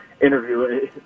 interview